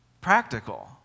practical